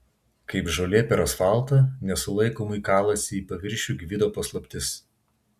kaip žolė per asfaltą nesulaikomai kalasi į paviršių gvido paslaptis